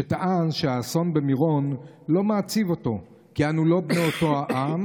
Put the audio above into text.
שטען שהאסון במירון לא מעציב אותו כי אנו לא בני אותו העם,